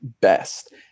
best